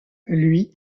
lui